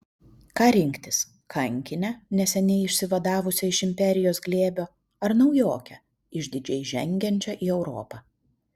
ką rinktis kankinę neseniai išsivadavusią iš imperijos glėbio ar naujokę išdidžiai žengiančią į europą